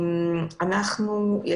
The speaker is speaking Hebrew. אני חושב